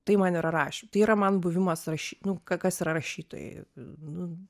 tai man yra rašym tai yra man buvimas raši nu kas yra rašytojai nu